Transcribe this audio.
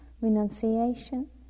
renunciation